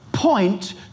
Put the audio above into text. Point